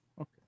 Okay